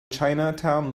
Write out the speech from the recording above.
chinatown